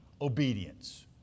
obedience